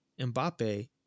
Mbappe